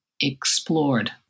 explored